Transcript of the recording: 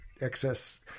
excess